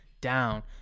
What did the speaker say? down